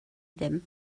ddim